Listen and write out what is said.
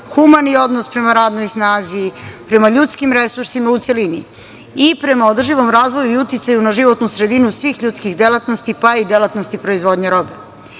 humani odnos prema radnoj snazi, prema ljudskim resursima u celini, i prema održivom razvoju i uticaju na životnu sredinu svih ljudskih delatnosti, pa i delatnosti proizvodnje robe. Taj